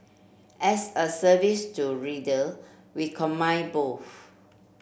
as a service to reader we combine both